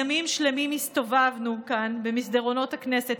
ימים שלמים הסתובבנו כאן במסדרונות הכנסת,